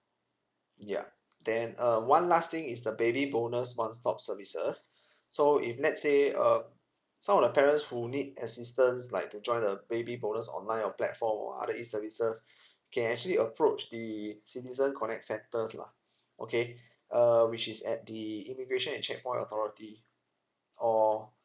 ya then uh one last thing is the baby bonus one stop services so if let's say uh some of the parents who need assistance like to join the baby bonus online or platform or other E services can actually approach the citizen connect centres lah okay err which is at the immigration and checkpoint authority or